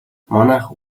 манайх